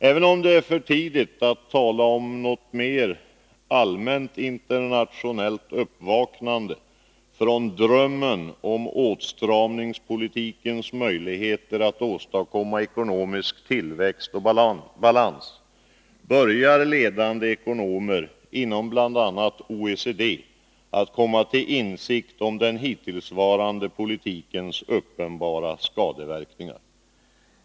Även om det är för tidigt att tala om något mera allmänt internationellt uppvaknande från drömmen om åtstramningspolitikens möjligheter att åstadkomma ekonomisk tillväxt och balans, börjar ledande ekonomer inom bl.a. OECD att komma till insikt om den hittillsvarande politikens uppenbara skadeverkningar.